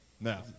No